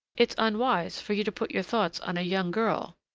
it's unwise for you to put your thoughts on a young girl.